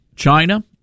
China